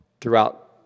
throughout